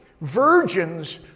virgins